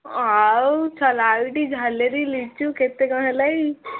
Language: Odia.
ଆଉ ଲାଇଟ୍ ଝାଲେରି ଲିଚୁ କେତେ କ'ଣ ହେଲା